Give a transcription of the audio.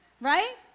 right